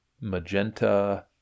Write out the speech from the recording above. magenta